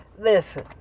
listen